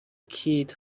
kid